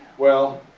well,